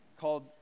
called